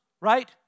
right